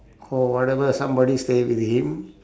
call whatever somebody stay with him